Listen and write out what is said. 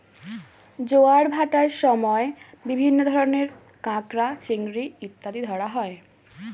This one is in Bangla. জোয়ার ভাটার সময় বিভিন্ন ধরনের কাঁকড়া, চিংড়ি ইত্যাদি ধরা হয়